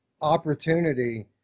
opportunity